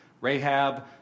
Rahab